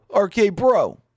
RK-Bro